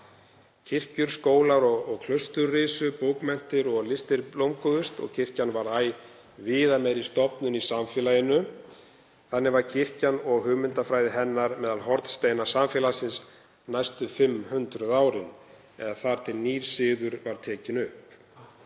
Kirkjur, skólar og klaustur risu, bókmenntir og listir blómguðust og kirkjan varð æ viðameiri stofnun í samfélaginu. Þannig var kirkjan og hugmyndafræði hennar meðal hornsteina samfélagsins næstu fimm hundruð árin, eða þar til nýr siður var tekinn upp.